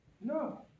No